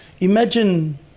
imagine